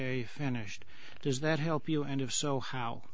a finished does that help you and if so how